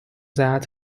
that